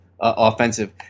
offensive